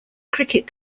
cricket